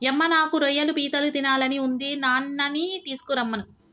యమ్మ నాకు రొయ్యలు పీతలు తినాలని ఉంది నాన్ననీ తీసుకురమ్మను